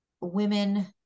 women